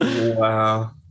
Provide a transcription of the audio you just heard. Wow